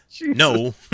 no